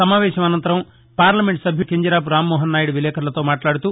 సమావేశం అనంతరం పార్లమెంటు సభ్యుడు కింజరపు రామ్మోహన్ నాయుడు విలేకరులతో మాట్లాడుతూ